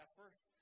first